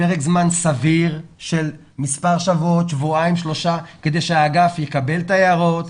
זמן סביר של מספר שבועות שבועיים-שלושה כדי שהאגף יקבל את ההערות,